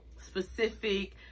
specific